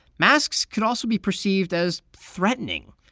masks could also be perceived as threatening.